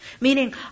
Meaning